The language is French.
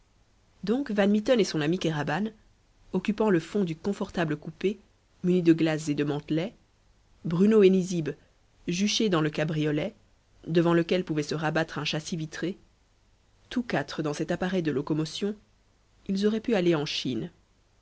donc van mitten et son ami kéraban occupant le fond du confortable coupé muni de glaces et de mantelets bruno et nizib juchés clans le cabriolet devant lequel pouvait se rabattre un châssis vitré tous quatre dans cet appareil de locomotion ils auraient pu aller en chine